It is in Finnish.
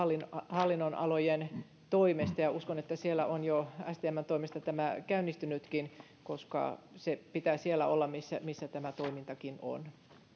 hallinnonalojen toimesta uskon että siellä on jo stmn toimesta tämä käynnistynytkin koska se pitää siellä olla missä missä tämä toiminta on